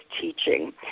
teaching